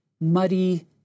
muddy